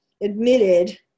admitted